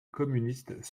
communistes